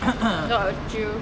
what about you